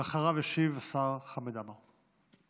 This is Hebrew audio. ואחריו ישיב השר חמד עמאר.